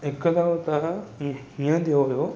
हिकु दफ़ो दादा हीअं थियो हुओ